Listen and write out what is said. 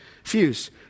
fuse